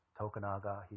Tokunaga